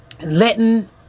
letting